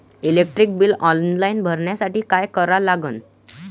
Electric bill online भरासाठी का करा लागन?